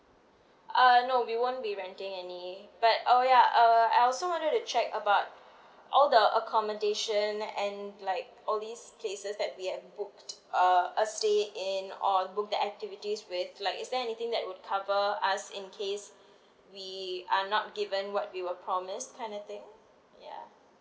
uh no we won't be renting any but oh ya uh I also wanted to check about all the accommodation and like all these places that we have booked uh a stay in or book the activities with like is there anything that would cover us in case we are not given what we were promised kind of thing ya